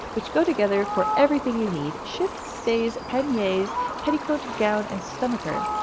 which go together for everything you need shift, stays, panniers, petticoat, gown, and stomacher.